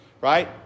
Right